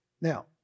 Now